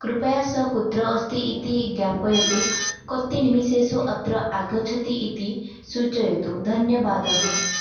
कृपया सः कुत्र अस्ति इति ज्ञापयतु कति निमिषेषु अत्र आगच्छति इति सूचयतु धन्यवादः